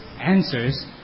answers